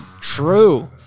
True